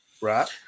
Right